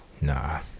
Nah